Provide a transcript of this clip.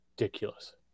ridiculous